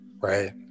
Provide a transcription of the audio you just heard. Right